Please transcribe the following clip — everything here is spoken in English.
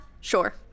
Sure